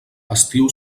estiu